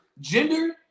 gender